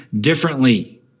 differently